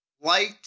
Light